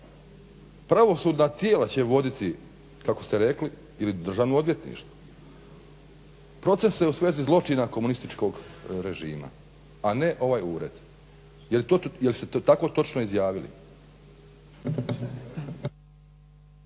pravosudna tijela će voditi kako ste rekli ili Državno odvjetništvo procese u svezi zločina komunističkog režima, a ne ovaj ured. Jel' ste to tako točno izjavili?